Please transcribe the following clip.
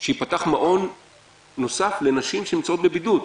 שיפתח מעון נוסף לנשים מוכות שנמצאות בבידוד.